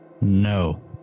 No